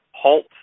halt